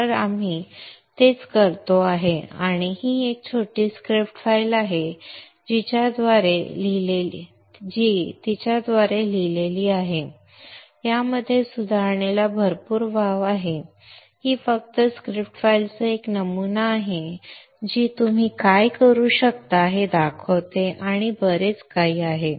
तर आपण तेच करतो आणि ही एक छोटी स्क्रिप्ट फाईल आहे जी तिच्याद्वारे लिहिलेली आहे यामध्ये सुधारणेला भरपूर वाव आहे ही फक्त स्क्रिप्ट फाइलचा एक नमुना आहे जी तुम्ही काय करू शकता हे दाखवते आणि बरेच काही आहे